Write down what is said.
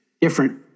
different